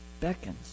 beckons